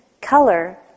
color